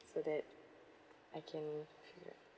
so that I can figure it